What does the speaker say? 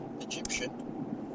Egyptian